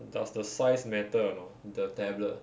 does the size matter or not the tablet